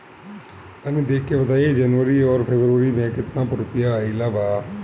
तनी देख के बताई कि जौनरी आउर फेबुयारी में कातना रुपिया आएल बा?